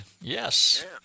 yes